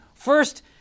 First